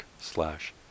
slash